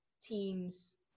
teams –